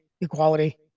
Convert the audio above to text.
equality